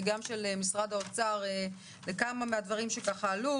וגם של משרד האוצר לכמה מהדברים שעלו: